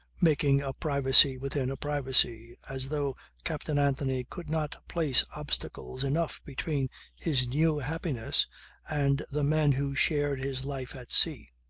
making a privacy within a privacy, as though captain anthony could not place obstacles enough between his new happiness and the men who shared his life at sea.